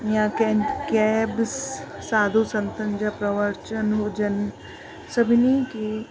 या कंहिं कंहिं बि स साधू संतनि जा प्रवचन हुजनि सभिनी के